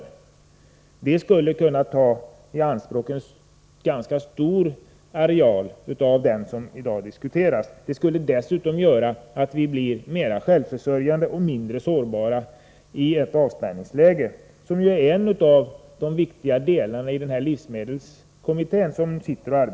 Man skulle för den produktionen kunna ta i anspråk en ganska stor del av den areal som i dag diskuteras. Det skulle leda till att vi blir mer självförsörjande och mindre sårbara i ett avspärrningsläge. Detta är en av de viktiga frågor som livsmedelskommittén arbetar med.